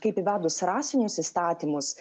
kaip įvedus rasinius įstatymus